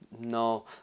No